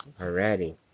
already